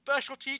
specialty